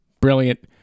Brilliant